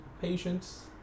Patience